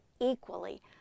equally